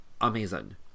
amazing